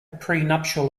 prenuptial